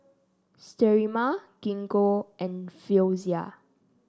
Sterimar Gingko and Floxia